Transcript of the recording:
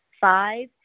Five